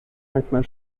manchmal